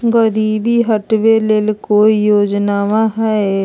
गरीबी हटबे ले कोई योजनामा हय?